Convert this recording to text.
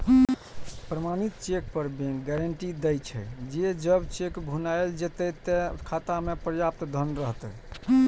प्रमाणित चेक पर bank guarantee दै छे, जे जब चेक भुनाएल जेतै, ते खाता मे पर्याप्त धन रहतै